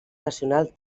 nacional